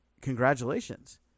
congratulations